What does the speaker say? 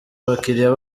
abakiriya